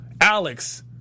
Alex